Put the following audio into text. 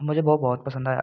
मुझे वो बहुत पसंद आया